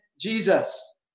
Jesus